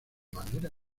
manera